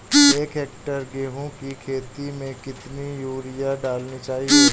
एक हेक्टेयर गेहूँ की खेत में कितनी यूरिया डालनी चाहिए?